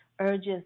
urges